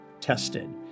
tested